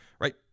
right